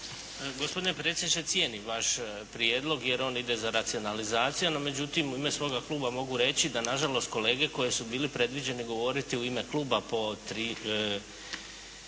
Gospodine predsjedniče cijenim vaš prijedlog, jer on ide za racionalizaciju. No međutim, u ime svoga kluba mogu reći da na žalost kolege koji su bili predviđeni govoriti u ime kluba po čini